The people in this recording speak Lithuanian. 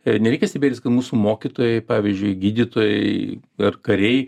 a nereikia stebėtis kad mūsų mokytojai pavyzdžiui gydytojai ar kariai